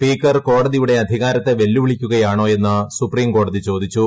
speaker കോടതിയുടെ അധികാരത്തെ വെല്ലുവിളിക്കുകയാണോ എന്ന് സുപ്രീം കോടതി ചോദിച്ചു